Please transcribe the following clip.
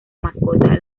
mascota